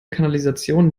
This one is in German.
kanalisation